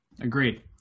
agreed